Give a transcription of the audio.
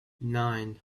nine